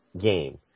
game